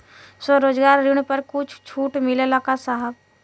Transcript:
स्वरोजगार ऋण पर कुछ छूट मिलेला का साहब?